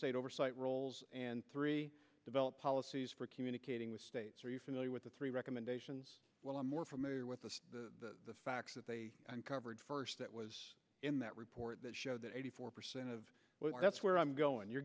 state oversight roles and three develop policies for communicating with states are you familiar with the three recommendations well i'm more familiar with the fact that they uncovered first that was in that report that showed that eighty four percent of that's where i'm going you're